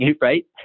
right